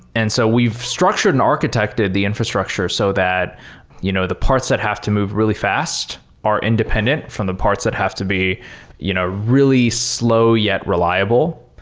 and so we've structured and architected the infrastructure so that you know the parts that have to move really fast are independent from the parts that have to be you know really slow, yet reliable.